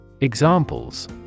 Examples